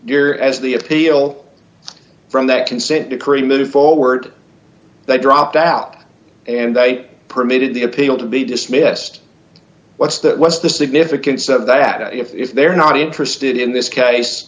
you're as the appeal from that consent decree moved forward they dropped out and they permitted the appeal to be dismissed what's that what's the significance of that if they're not interested in this case